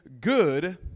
good